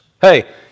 Hey